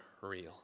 real